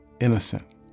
innocent